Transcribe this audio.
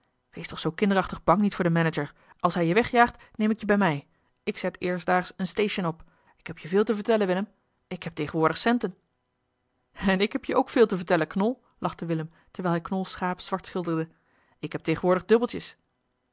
wees toch zoo kinderachtig bang niet voor den manager als hij je wegjaagt neem ik je bij mij ik zet eerstdaags een station op ik heb je veel te vertellen willem ik heb tegenwoordig centen en ik heb je ook veel te vertellen knol lachte willem terwijl hij knols schaap zwart schilderde ik heb tegenwoordig dubbeltjes